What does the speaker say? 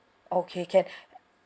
okay can